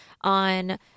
on